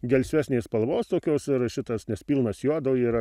gelsvesnės spalvos tokios ir šitas nes pilnas jodo yra